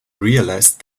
realize